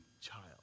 child